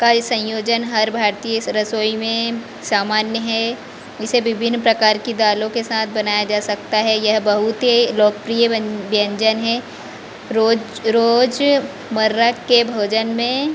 का ये संयोजन हर भारतीय रसोई में सामान्य है इसे विभिन्न प्रकार की दालों के साथ बनाया जा सकता है यह बहुत ही लोकप्रिय व्यंजन है रोज रोजमर्रा के भोजन में